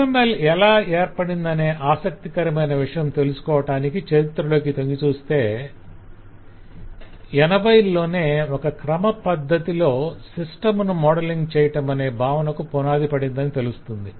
UML ఎలా ఏర్పడిందనే ఆసక్తికరమైన విషయం తెలుసుకోవటానికి చరిత్రలోకి తొంగిచూస్తే 80ల్లోనే ఒక క్రమ పద్దతిలో సిస్టం ను మోడలింగ్ చేయటమనే భావనకు పునాది పడిందని తెలుస్తుంది